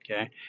Okay